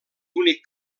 únic